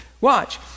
Watch